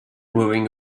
wearing